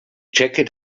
jacket